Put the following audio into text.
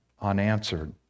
unanswered